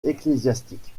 ecclésiastique